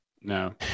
no